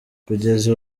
kugeza